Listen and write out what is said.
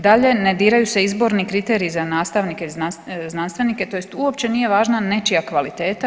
Dalje, ne diraju se izborni kriteriji za nastavnike i znanstvenike, tj. uopće nije važna nečija kvaliteta.